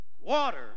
Water